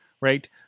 right